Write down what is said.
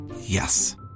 Yes